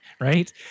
Right